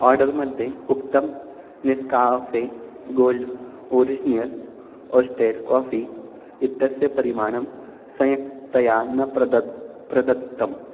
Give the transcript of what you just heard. order मध्ये उक्तं Nescafe gold original roasted coffee इत्यस्य परिमाणं संयक्तया न प्रदत्तं प्रदत्तम्